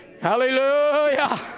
Hallelujah